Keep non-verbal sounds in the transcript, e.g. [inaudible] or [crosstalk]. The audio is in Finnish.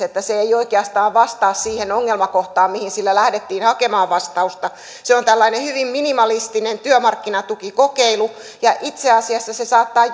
[unintelligible] että se ei oikeastaan vastaa siihen ongelmakohtaan mihin sillä lähdettiin hakemaan vastausta se on tällainen hyvin minimalistinen työmarkkinatukikokeilu ja itse asiassa se saattaa [unintelligible]